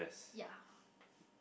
ya